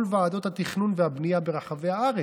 כל ועדות התכנון והבנייה ברחבי הארץ,